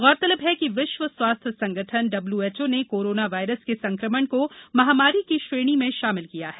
गौरतलब है कि विष्व स्वास्थ्य संगठन डब्ल्यूएचओ ने कोरोना वायरस के संकमण को महामारी की श्रेणी में षामिल किया है